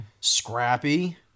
Scrappy